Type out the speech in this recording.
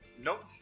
Nope